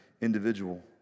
individual